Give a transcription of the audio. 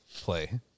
play